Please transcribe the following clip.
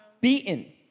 Beaten